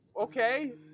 okay